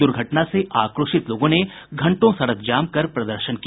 दुर्घटना से आक्रोशित लोगों घंटों सड़क जाम कर प्रदर्शन किया